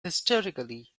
historically